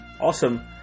Awesome